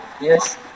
Yes